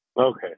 Okay